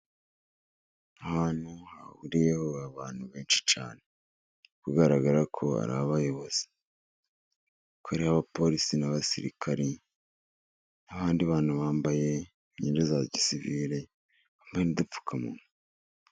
Ahantu hahuriye abantu benshi cyane biribkugaragara ko ari abayobozi, abapolisi n'abasirikari abandi bantu bambaye imyenda ya gisivire bambaye agapfukamunwa.